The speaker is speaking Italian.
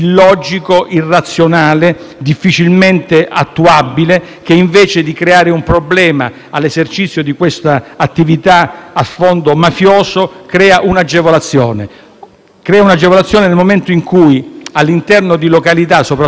difficilmente attuabile, che invece di creare un problema all'esercizio di questa attività a sfondo mafioso, crea un'agevolazione nel momento in cui, all'interno di località, soprattutto di comunità piccole,